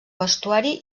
vestuari